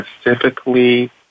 specifically